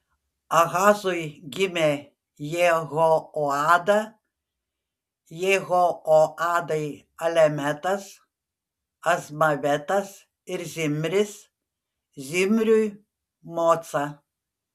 ahazui gimė jehoada jehoadai alemetas azmavetas ir zimris zimriui moca